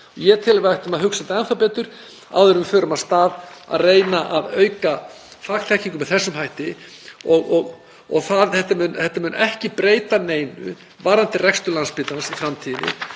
Ég tel að við ættum að hugsa þetta enn betur áður en við förum af stað, að auka fagþekkingu með þessum hætti. Þetta mun ekki breyta neinu varðandi rekstur Landspítalans í framtíðinni